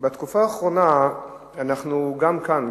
בתקופה האחרונה גם כאן,